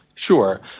Sure